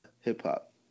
hip-hop